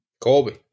Colby